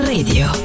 Radio